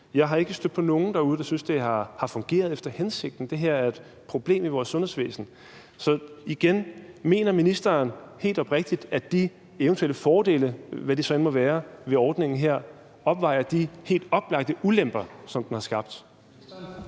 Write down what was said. Jeg er ikke stødt på nogen derude, der synes, det har fungeret efter hensigten. Det her er et problem i vores sundhedsvæsen. Så igen vil jeg spørge: Mener ministeren helt oprigtigt, at de eventuelle fordele, hvad de så end måtte være, ved ordningen her opvejer de helt oplagte ulemper, som den har skabt?